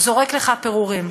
הוא זורק לך פירורים.